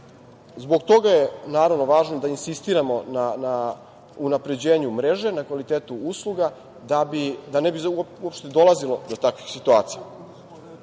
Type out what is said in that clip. Zbog toga je, naravno, važno da insistiramo na unapređenju mreže, na kvalitetu usluga da ne bi uopšte dolazilo do takvih situacija. Takođe